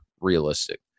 realistic